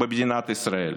במדינת ישראל.